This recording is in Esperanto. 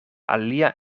alia